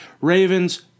Ravens